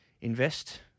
invest